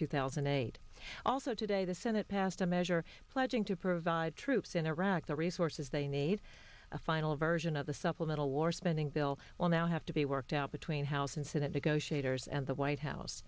two thousand and eight two day the senate passed a measure pledging to provide troops in iraq the resources they need a final version of the supplemental war spending bill will now have to be worked out between house and senate to go shooters and the white house